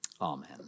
amen